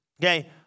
okay